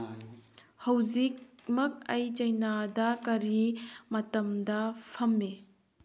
ꯍꯧꯖꯤꯛꯃꯛ ꯑꯩ ꯆꯩꯅꯥꯗ ꯀꯔꯤ ꯃꯇꯝꯗ ꯐꯝꯃꯤ